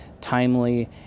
timely